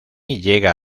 llega